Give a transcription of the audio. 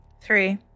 Three